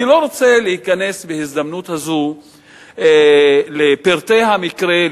אני לא רוצה להיכנס בהזדמנות הזאת לפרטי המקרה,